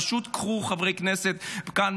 פשוט קחו חברי כנסת כאן,